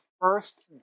first